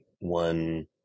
one